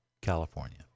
California